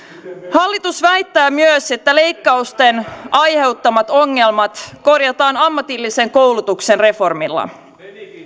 hallitus väittää myös että leikkausten aiheuttamat ongelmat korjataan ammatillisen koulutuksen reformilla